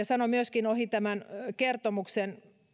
sanon myöskin ohi tämän kertomuksen